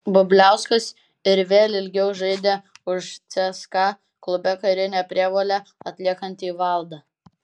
bubliauskas ir vėl ilgiau žaidė už cska klube karinę prievolę atliekantį valdą